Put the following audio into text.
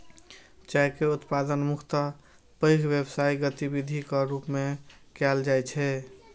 चाय के उत्पादन मुख्यतः पैघ व्यावसायिक गतिविधिक रूप मे कैल जाइ छै